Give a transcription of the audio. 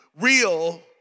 real